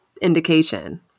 indication